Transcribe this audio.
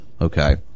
Okay